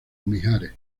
mijares